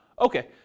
okay